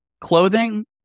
clothing